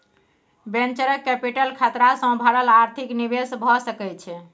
venture capital खतरा सँ भरल आर्थिक निवेश भए सकइ छइ